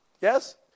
Yes